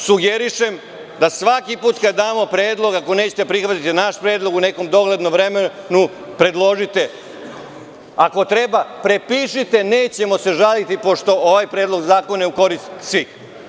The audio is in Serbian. Sugerišem da svaki put kad damo predlog, ako nećete da prihvatite naš predlog, u nekom doglednom vremenu predložite, ako treba prepišite, nećemo se žaliti, pošto ovaj predlog zakona je u korist svih.